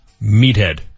Meathead